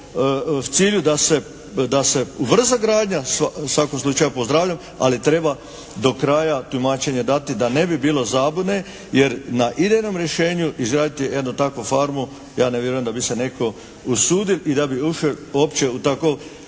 v cilju da se ubrza gradnja, u svakom slučaju pozdravljam, ali treba do kraja tumačenje dati da ne bi bilo zabune. Jer na idejnom rešenju izgraditi jednu takvu farmu ja ne vjerujem da bi se neko usudil i da bi ušel opće u takvo,